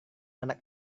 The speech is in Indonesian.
anak